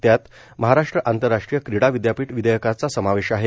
त्यात महाराष्ट्र आंतरराष्ट्रीय क्रीडा विदयापीठ विधेयकाचा समावेश आहे